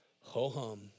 ho-hum